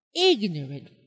Ignorant